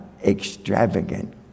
extravagant